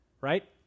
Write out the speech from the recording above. right